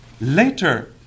Later